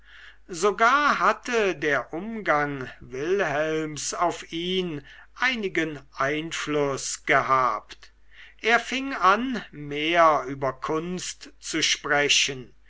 sogar hatte der umgang wilhelms auf ihn einigen einfluß gehabt er fing an mehr über kunst zu sprechen